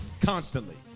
Constantly